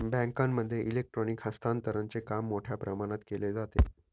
बँकांमध्ये इलेक्ट्रॉनिक हस्तांतरणचे काम मोठ्या प्रमाणात केले जाते